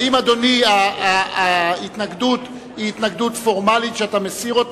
האם ההתנגדות היא התנגדות פורמלית שאתה מסיר?